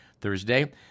Thursday